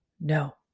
No